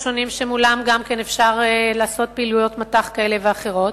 שמולם גם אפשר לעשות פעילויות מט"ח כאלה ואחרות.